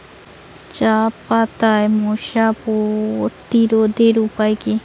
চাপাতায় মশা প্রতিরোধের উপায় কি?